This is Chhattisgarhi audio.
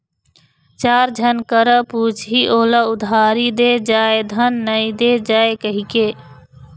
चार झन करा पुछही ओला उधारी दे जाय धन नइ दे जाय कहिके